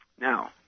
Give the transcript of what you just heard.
Now